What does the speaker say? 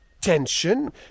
tension